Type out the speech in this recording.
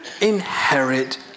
inherit